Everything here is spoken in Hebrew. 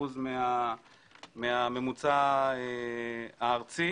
מהממוצע הארצי.